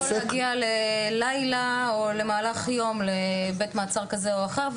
הוא יכול להגיע ללילה או למהלך יום לבית מעצר כזה או אחר.